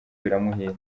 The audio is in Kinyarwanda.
biramuhira